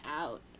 out